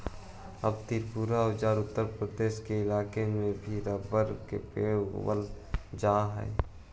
अब त्रिपुरा औउर उत्तरपूर्व के इलाका में भी रबर के पेड़ उगावल जा हई